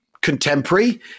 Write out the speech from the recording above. contemporary